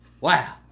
wow